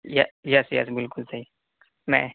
یس yes yes بالکل صحیح میں